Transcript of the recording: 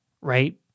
right